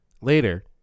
Later